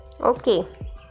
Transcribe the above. okay